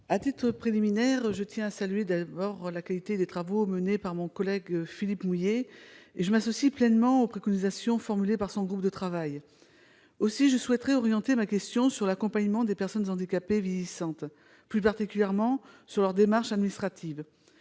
À titre préliminaire, je tiens à saluer la qualité des travaux menés par mon collègue Philippe Mouiller. Je m'associe pleinement aux préconisations formulées par son groupe de travail. Madame la secrétaire d'État, ma question portera sur l'accompagnement des personnes handicapées vieillissantes et, plus particulièrement, sur les démarches administratives